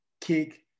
kick